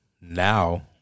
now